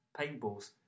paintballs